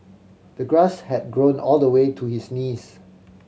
the grass had grown all the way to his knees